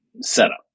setup